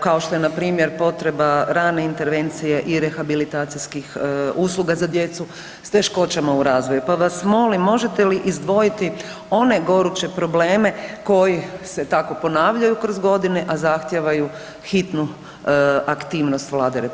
kao što je npr. potreba rane intervencije i rehabilitacijskih usluga za djecu s teškoćama u razvoju pa vas molim možete li izdvojiti one goruće probleme koji se tako ponavljaju kroz godine, a zahtijevaju hitnu aktivnost Vlade RH.